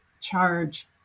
charge